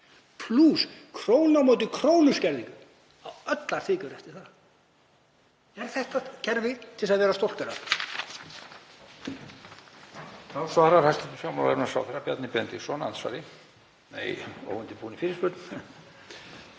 plús króna á móti krónu skerðingu á allar tekjur eftir það. Er þetta kerfi til að vera stoltur af?